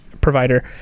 provider